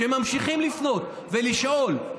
הם ממשיכים לפנות ולשאול.